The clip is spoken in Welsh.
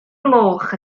gloch